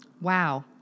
Wow